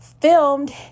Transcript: filmed